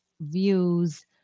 views